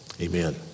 Amen